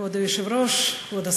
כבוד היושב-ראש, כבוד השר,